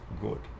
good